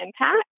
impact